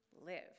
live